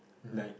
like